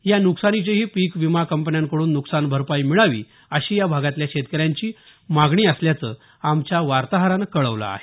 या नुकसानाचीही पीक विमा कंपन्यांकडून नुकसान भरपाई मिळावी अशी या भागातल्या शेतकऱ्यांची मागणी असल्याचं आमच्या वार्ताहरानं कळवलं आहे